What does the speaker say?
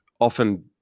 often